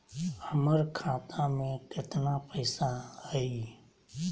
हमर खाता मे केतना पैसा हई?